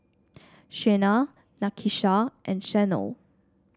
Shena Nakisha and Shanell